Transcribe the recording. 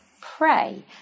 pray